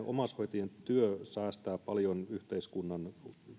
omaishoitajien työ säästää paljon yhteiskunnan